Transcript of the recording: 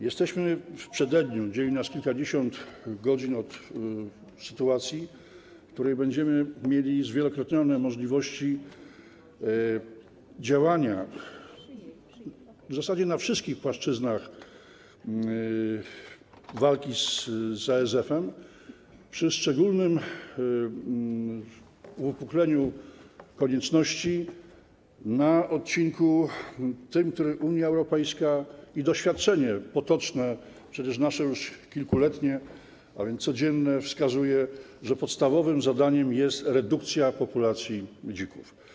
Jesteśmy w przededniu sytuacji, dzieli nas od niej kilkadziesiąt godzin, w której będziemy mieli zwielokrotnione możliwości działania w zasadzie na wszystkich płaszczyznach walki z ASF-em, przy szczególnym uwypukleniu konieczności na tym odcinku, co do którego Unia Europejska - i doświadczenie potoczne, nasze już kilkuletnie, a więc codzienne - wskazuje, że podstawowym zadaniem jest redukcja populacji dzików.